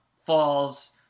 falls